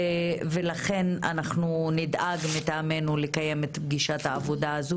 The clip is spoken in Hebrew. לכן אנחנו נדאג מטעמנו לקיים את פגישת העבודה הזאת